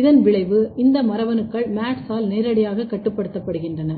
இந்த விளைவு இந்த மரபணுக்கள் MADS1 ஆல் நேரடியாக கட்டுப்படுத்தப்படுகின்றன